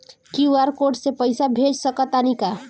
QR code से पईसा भेज सक तानी का?